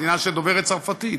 מדינה שדוברת צרפתית.